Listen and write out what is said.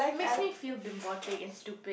makes me feel bimbotic and stupid